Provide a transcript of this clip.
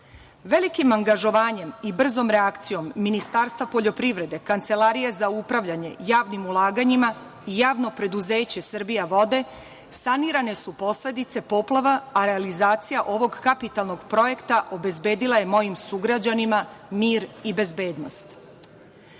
angažovanjem i brzom reakcijom Ministarstva poljoprivrede, Kancelarije za upravljanje javnim ulaganjima i Javno preduzeće „Srbijavode“ sanirane su posledice poplava, a realizacija ovog kapitalnog projekta obezbedila je mojim sugrađanima mir i bezbednost. Vaspitač